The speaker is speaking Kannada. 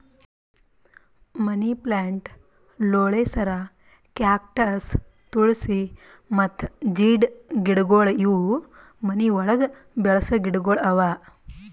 ಮನಿ ಪ್ಲಾಂಟ್, ಲೋಳೆಸರ, ಕ್ಯಾಕ್ಟಸ್, ತುಳ್ಸಿ ಮತ್ತ ಜೀಡ್ ಗಿಡಗೊಳ್ ಇವು ಮನಿ ಒಳಗ್ ಬೆಳಸ ಗಿಡಗೊಳ್ ಅವಾ